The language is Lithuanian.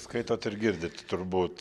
skaitot ir girdit turbūt